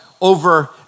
over